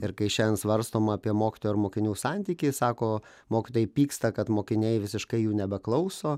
ir kai šiandien svarstoma apie mokytojo ir mokinių santykį sako mokytojai pyksta kad mokiniai visiškai jų nebeklauso